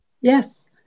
Yes